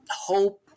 hope